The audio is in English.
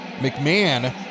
McMahon